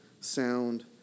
sound